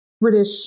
British